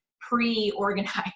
pre-organized